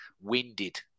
winded